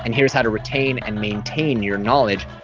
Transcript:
and here's how to retain and maintain your knowledge.